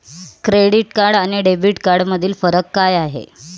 Credit card आणि debit कार्डमधील फरक काय आहे?